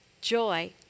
Joy